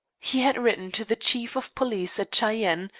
he had written to the chief of police at cheyenne,